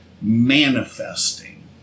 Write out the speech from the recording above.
manifesting